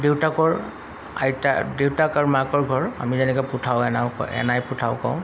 দেউতাকৰ আইতা দেউতাক আৰু মাকৰ ঘৰ আমি যেনেকৈ পুঠাওঁ এনাওঁ কওঁ এনাই পুঠাও কওঁ